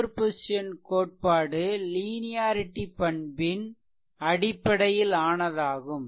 superposition கோட்பாடு linearity பண்பின் அடிப்படையில் ஆனதாகும்